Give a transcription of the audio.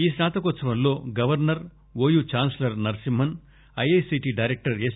ఈ స్పాతకోత్సవంలో governor OU chancellor Narasimhan IICT director yes